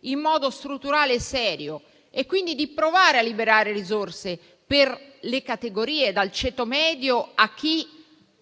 in modo strutturale e serio e di provare a liberare risorse per le categorie, dal ceto medio a chi